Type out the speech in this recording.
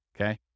okay